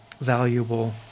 valuable